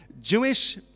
Jewish